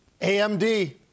AMD